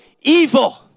evil